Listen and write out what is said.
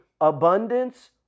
abundance